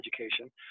education